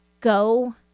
Go